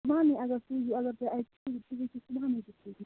مٔہنی اَگر سوٗزیٛو اَگر تۄہہِ اَتہِ چھُو تُہۍ ہیٚکِو مٔہنی تہِ سوٗزِتھ